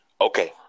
Okay